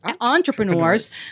entrepreneurs